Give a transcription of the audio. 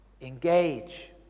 Engage